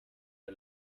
der